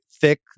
thick